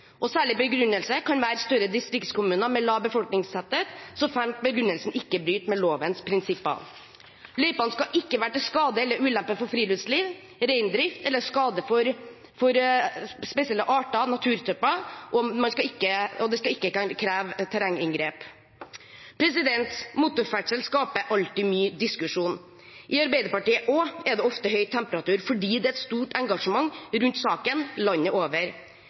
og tradisjonell naturopplevelse blir ivaretatt. I sånne løyper kan det bl.a. tillates nyttekjøring som en del av utmarksnæringen etter nærmere gitt løyve. Skal denne regelen fravikes, må det særlig begrunnes. Særlig begrunnelse kan være større distriktskommuner med lav befolkningstetthet, så fremt begrunnelsen ikke bryter med lovens prinsipper. Løypene skal ikke være til skade eller ulempe for friluftsliv og reindrift eller til skade for spesielle arter eller naturtyper, og de skal ikke kreve terrenginngrep. Motorferdsel skaper alltid mye diskusjon. Også i Arbeiderpartiet